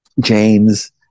James